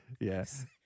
Yes